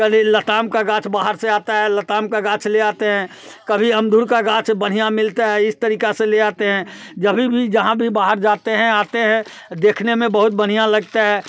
कभी लताम का गाछ बाहर से आता है लताम का गाछ ले आते हैं कभी अमरुद का गाछ बढ़िया मिलता है इस तरीका से ले आते हैं जभी भी जहाँ भी बाहर जाते हैं आते हैं देखने में बहुत बढ़िया लगता है